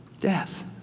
Death